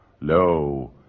lo